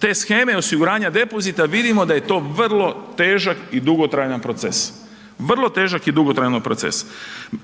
te sheme osiguranja depozita, vidimo da je to vrlo težak i dugotrajan proces. Npr. bez obzira što